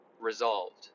resolved